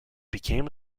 became